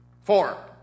Four